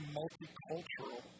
multicultural